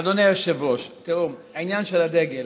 אדוני היושב-ראש, תראו, העניין של הדגל,